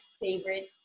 favorite